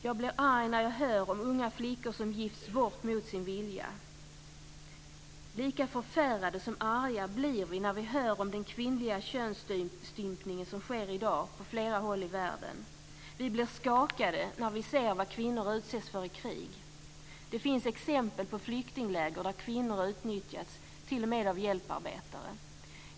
Jag blir arg när jag hör om unga flickor som gifts bort mot sin vilja. Lika förfärade som arga blir vi när vi hör om den kvinnliga könsstympning som sker i dag på flera håll i världen. Vi blir skakade när vi ser vad kvinnor utsätts för i krig. Det finns exempel på flyktingläger där kvinnor utnyttjas, t.o.m. av hjälparbetare.